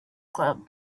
club